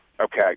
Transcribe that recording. okay